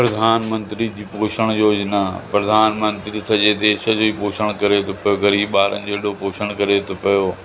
प्रधानमंत्री जी पोषण योजना प्रधानमंत्री सॼे देश जी पोषणा करे थो पियो ग़रीब ॿारनि जो अहिड़ो पोषण करे थो पियो